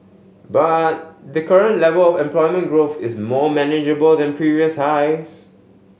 but the current level of employment growth is more manageable than previous highs